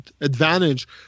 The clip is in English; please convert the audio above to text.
advantage